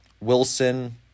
Wilson